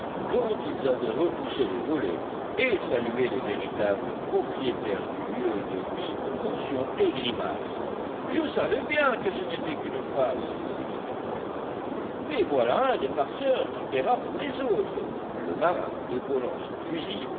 dont ils avaient repoussé les volets et saluaient les véritables propriétaires du lieu de mille contorsions et grimaces je savais bien que ce n'était qu'une farce s'écria pencroff mais voilà un des farceurs qui payera pour les autres le marin épaulant son fusil